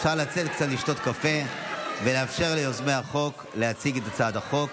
אפשר לצאת קצת לשתות קפה ולאפשר ליוזמי החוק להציג את הצעת החוק,